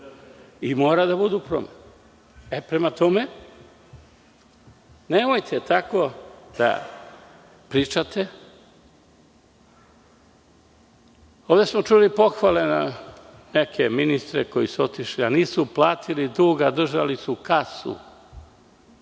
i mora da bude promena. Prema tome, nemojte tako da pričate. Ovde smo čuli pohvale za neke ministre koji su otišli, a nisu platili dug, a držali su kasu.